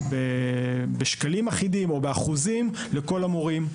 בשקלים אחידים או באחוזים לכל המורים.